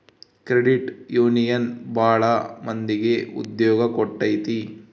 credit union ಭಾಳ ಮಂದಿಗೆ ಉದ್ಯೋಗ ಕೊಟ್ಟೈತಿ